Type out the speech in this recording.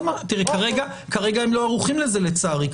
כרגע הם כנראה לא ערוכים לזה לצערי,